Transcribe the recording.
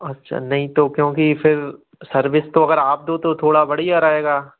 अच्छा नहीं तो क्योंकि फिर सर्विस तो अगर आप दो तो थोड़ा बढ़िया रहेगा